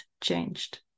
changed